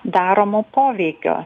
daromo poveikio